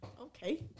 Okay